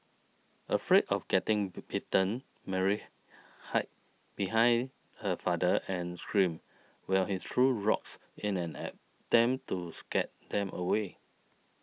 afraid of getting bitten Mary hid behind her father and screamed while he threw rocks in an attempt to scare them away